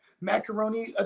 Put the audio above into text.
macaroni